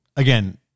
Again